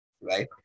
Right